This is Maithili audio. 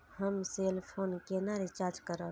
हम सेल फोन केना रिचार्ज करब?